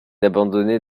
abandonnée